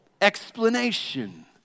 explanation